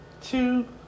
Two